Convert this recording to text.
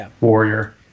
warrior